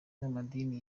n’amadini